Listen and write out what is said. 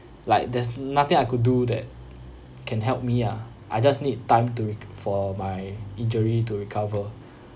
like there's nothing I could do that can help me ah I just need time to re~ for my injury to recover